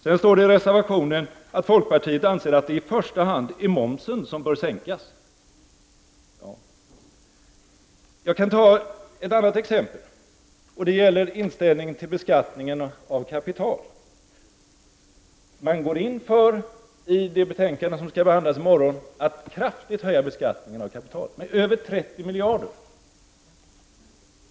Sedan står det i reservationen att folkpartiet ”anser att det i första hand är momsen som bör sänkas”. Jag kan ta ett annat exempel, och det gäller inställningen till beskattningen av kapital. Folkpartiet går i det betänkande som skall behandlas i morgon in för att kraftigt höja beskattningen av kapital, nämligen med över 30 miljarder.